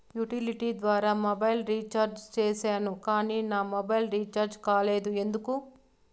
Utility ద్వారా mobile recharge సేసాను కానీ నా మొబైల్ రీచార్జి కాలేదు ఎందుకు?